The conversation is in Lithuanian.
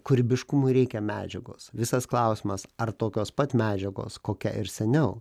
kūrybiškumui reikia medžiagos visas klausimas ar tokios pat medžiagos kokia ir seniau